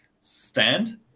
stand